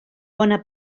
bona